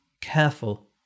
careful